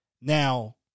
Now